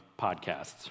podcasts